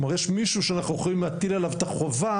כלומר יש מישהו שאנחנו יכולים להטיל עליו את החובה